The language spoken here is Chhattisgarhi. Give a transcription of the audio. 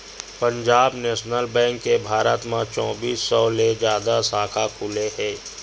पंजाब नेसनल बेंक के भारत म चौबींस सौ ले जादा साखा खुले हे